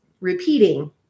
repeating